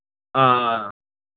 ꯑꯥ